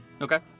Okay